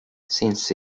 since